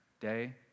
day